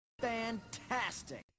Fantastic